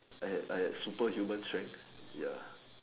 I had I had superhuman strength ya